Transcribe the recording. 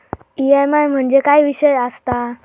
EMI म्हणजे काय विषय आसता?